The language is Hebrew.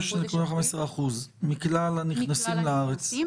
0.15% מכלל הנכנסים לארץ?